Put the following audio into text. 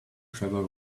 trevor